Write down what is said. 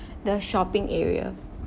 the shopping area